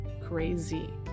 crazy